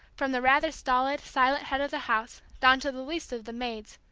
from the rather stolid, silent head of the house down to the least of the maids.